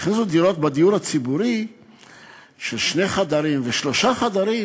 יכניסו דיור ציבורי של דירות שני חדרים ושלושה חדרים,